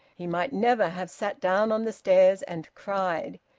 he might never have sat down on the stairs and cried!